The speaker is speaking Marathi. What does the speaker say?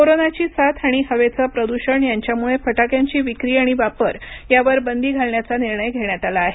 कोरोनाची साथ आणि हवेचं प्रदूषण यांच्यामुळे फटाक्यांची विक्री आणि वापर यावर बंदी घालण्याचा निर्णय घेण्यात आला आहे